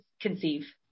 conceive